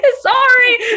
Sorry